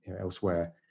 elsewhere